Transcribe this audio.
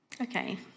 Okay